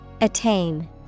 Attain